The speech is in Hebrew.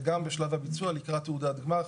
וגם בשלב הביצוע לקראת תעודת גמר,